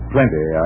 Plenty